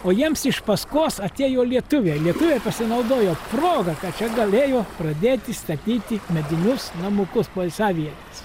o jiems iš paskos atėjo lietuviai lietuviai pasinaudojo proga kad čia galėjo pradėti statyti medinius namukus poilsiavietes